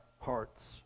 hearts